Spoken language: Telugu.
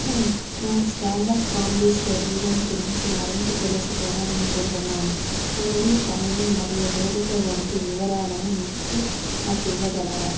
హే నేను స్టాండ్అప్ కామెడీ షో ఈవెంట్ గురించి మరింత తెలుసుకోవాలి అనుకుంటున్నాను తేదీ సమయం మరియు వేదిక వంటి వివరాలను మీ నాకు ఇవ్వగలరా